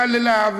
קל לי להעביר.